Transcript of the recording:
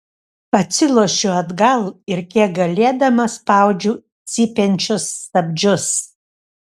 atsilošiu atgal ir kiek galėdama spaudžiu cypiančius stabdžius